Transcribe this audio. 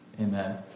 Amen